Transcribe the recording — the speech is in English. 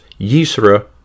Yisra